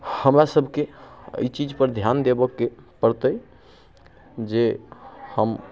हमरा सबके अइ चीजपर ध्यान देबऽके पड़तै जे हम